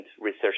research